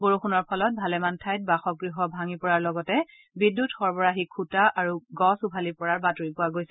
বৰষূণৰ ফলত ভালেমান ঠাইত বাসগৃহ ভাঙি পৰাৰ লগতে বিদ্যুৎ সৰবৰাহী খুঁটা আৰু গছ উভালি পৰাৰ বাতৰি পোৱা গৈছে